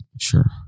Sure